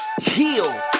heal